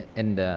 and,